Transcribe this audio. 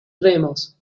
remos